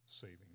saving